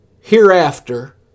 hereafter